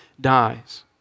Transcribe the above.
dies